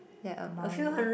that amount were